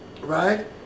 Right